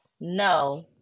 no